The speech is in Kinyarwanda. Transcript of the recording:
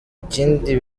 ikindi